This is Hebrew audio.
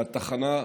התחנה,